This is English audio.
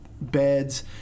beds